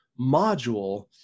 module